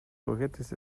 juguetes